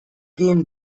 gehen